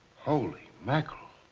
holy mackerel!